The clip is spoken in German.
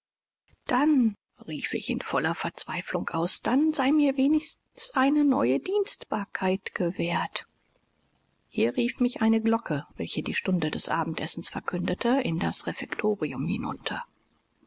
dann rief in voller verzweiflung aus dann sei mir wenigstens eine neue dienstbarkeit gewährt hier rief mich eine glocke welche die stunde des abendessens verkündete in das refektorium hinunter